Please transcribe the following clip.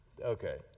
Okay